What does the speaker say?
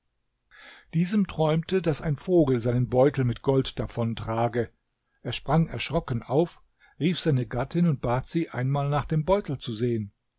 diesem träumte daß ein vogel seinen beutel mit gold davontrage er sprang erschrocken auf rief seine gattin und bat sie einmal nach dem beutel zu sehen